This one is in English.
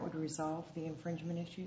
would resolve the infringement issue